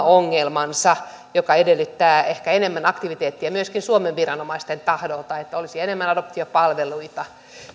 ongelmansa joka edellyttää ehkä enemmän aktiviteettia myöskin suomen viranomaisten taholta että olisi enemmän adoptiopalveluita